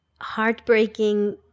heartbreaking